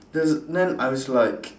then then I was like